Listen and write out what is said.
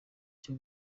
cyo